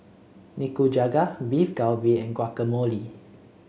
Nikujaga Beef Galbi and Guacamole